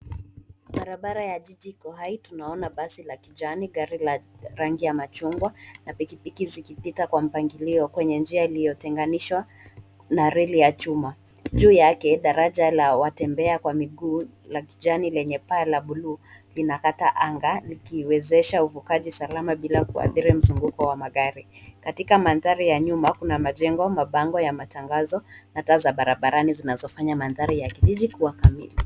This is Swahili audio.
Barabara ya jiji iko hai tunaona basi la kijani, gari la rangi ya machungwa na pikipiki zikipita kwa mpangilio kwenye njia iliyotenganishwa na reli ya chuma. Juu yake daraja la watembea kwa miguu la kijani lenye paa la blue linakata anga likiwezesha uvukaji salama bila kuathiri mzunguko wa magari. Katika mandhari ya nyuma kuna majengo, mabango ya matangazo na taa za barabarani zinazofanya mandhari ya kijiji kuwa kamili.